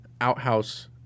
outhouse